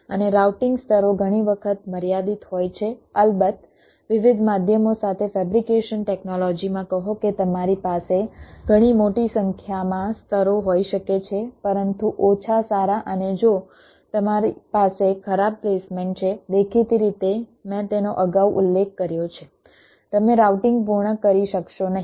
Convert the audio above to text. અને રાઉટિંગ સ્તરો ઘણી વખત મર્યાદિત હોય છે અલબત્ત વિવિધ માધ્યમો સાથે ફેબ્રિકેશન ટેકનોલોજી માં કહો કે તમારી પાસે ઘણી મોટી સંખ્યામાં સ્તરો હોઈ શકે છે પરંતુ ઓછા સારા અને જો તમારી પાસે ખરાબ પ્લેસમેન્ટ છે દેખીતી રીતે મેં તેનો અગાઉ ઉલ્લેખ કર્યો છે તમે રાઉટિંગ પૂર્ણ કરી શકશો નહીં